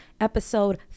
episode